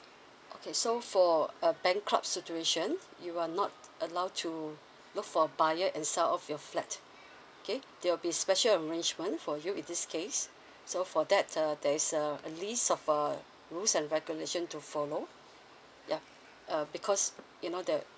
okay so for a bankrupt situation you are not allowed to look for a buyer and sell off your flat okay there'll be special arrangement for you in this case so for that err there is a a list of a rules and regulation to follow ya uh because you know the